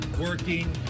working